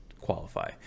qualify